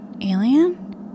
Alien